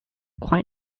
quite